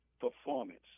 performance